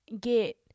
get